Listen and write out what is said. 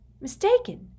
mistaken